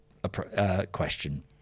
Question